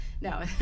No